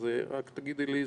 אז רק תגידי לי,